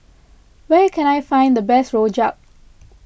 where can I find the best Rojak